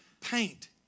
paint